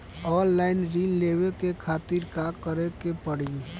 Online ऋण लेवे के खातिर का करे के पड़ी?